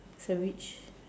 sandwich